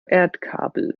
erdkabel